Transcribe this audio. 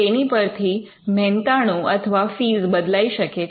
તેની પરથી મહેનતાણુ અથવા ફીઝ્ બદલાઈ શકે છે